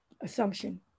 assumption